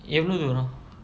எவ்ளோ தூரம்:evlo thooram